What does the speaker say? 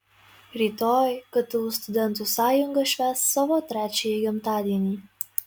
rytoj ktu studentų sąjunga švęs savo trečiąjį gimtadienį